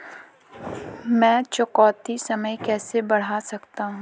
मैं चुकौती समय कैसे बढ़ा सकता हूं?